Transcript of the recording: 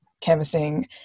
canvassing